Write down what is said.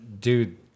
Dude